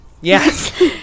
Yes